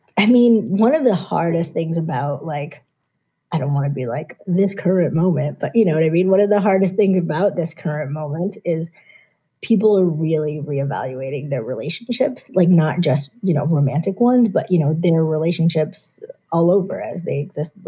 i mean, one of the hardest things about like i don't want to be like this current moment. but you know what i mean. what are the hardest thing about this current moment is people are really re-evaluating their relationships, like not just, you know, romantic ones, but, you know, their relationships all over as they exist,